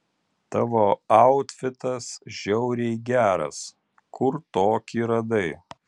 tavo autfitas žiauriai geras kur tokį radai